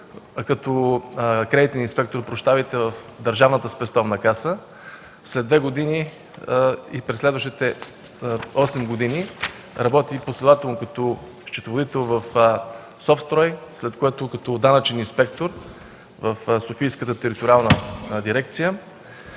като кредитен инспектор в Държавна спестовна каса. След две години през следващите осем години работи последователно като счетоводител в „Софстрой”, след което като данъчен инспектор в Софийската териториална дирекция.